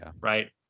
right